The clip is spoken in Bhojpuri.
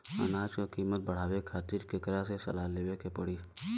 अनाज क कीमत बढ़ावे खातिर केकरा से सलाह लेवे के पड़ी?